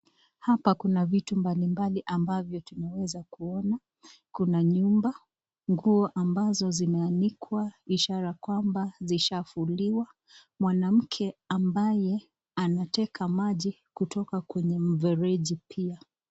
Hapa kuna vitu mbalimbali ambavyo tunaweza kuona kuna nyumba, nguo ambazo zimeanikwa ishara kwamba ishaa vuliwa. Mwanamke ambaye anateka maji kutoka kwenye mfereji pia.